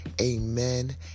Amen